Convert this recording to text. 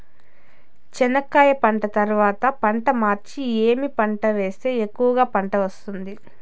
చెనక్కాయ పంట తర్వాత పంట మార్చి ఏమి పంట వేస్తే ఎక్కువగా పంట వస్తుంది?